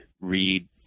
read